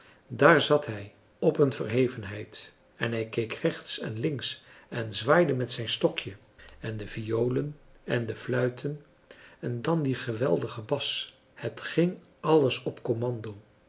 daar zat hij op een verhevenheid en hij keek rechts en links en zwaaide met zijn stokje en de violen en de fluiten en dan die geweldige bas het ging alles op commando